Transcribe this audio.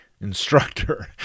instructor